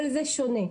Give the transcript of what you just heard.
אבל זה שונה.